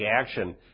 action